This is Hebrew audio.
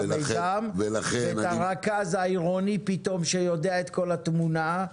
את הרכז העירוני שפתאום יודע את כל התמונה.